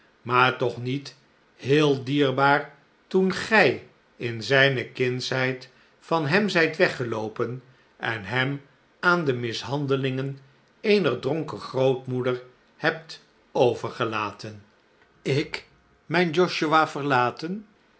maar toch niet heel dierbaar toen gij in zijne kindsheid van hem zijt weggeloopen en hem aan de mishandelingen eeher dronken grootmoeder hebt overgelaten ik mijn josiah verlaten